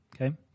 okay